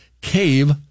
Cave